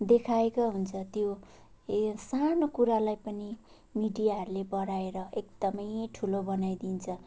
देखाएका हुन्छ त्यो सानो कुरालाई पनि मिडियाहरूले बढाएर एकदमै ठुलो बनाइदिन्छ